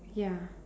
ya